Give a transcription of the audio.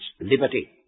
liberty